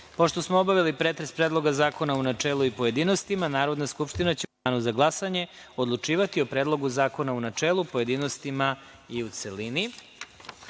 smo obavili pretres Predloga zakona u načelu i pojedinostima, Narodna skupština će u danu za glasanje odlučivati o Predlogu zakona u načelu, pojedinostima i u